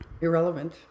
Irrelevant